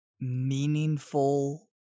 Meaningful